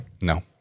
No